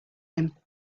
him